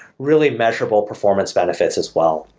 really measurable performance benefits as well.